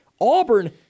Auburn